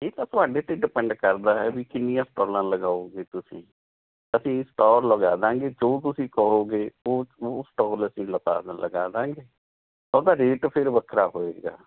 ਇਹ ਤਾਂ ਤੁਹਾਡੇ 'ਤੇ ਡਿਪੈਂਡ ਕਰਦਾ ਹੈ ਵੀ ਕਿੰਨੀਆਂ ਸਟੋਲਾਂ ਲਗਾਓਂਗੇ ਤੁਸੀਂ ਅਸੀਂ ਸਟੋਲ ਲਗਾ ਦਾਂਗੇ ਜੋ ਤੁਸੀਂ ਕਹੋਗੇ ਉਹ ਸਟੋਲ ਅਸੀਂ ਲਗਾਦ ਲਗਾ ਦਾਂਗੇ ਉਹਦਾ ਰੇਟ ਫਿਰ ਵੱਖਰਾ ਹੋਏਗਾ